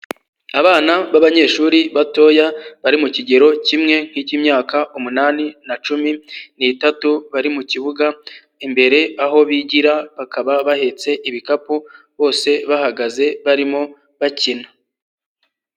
Abana b'abanyeshuri batoya bari mu kigero kimwe, nk'ik'imyaka umunani na cumi n'itatu, bari mu kibuga imbere aho bigira, bakaba bahetse ibikapu bose bahagaze barimo bakina.